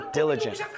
diligent